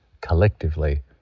collectively